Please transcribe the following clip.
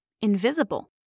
invisible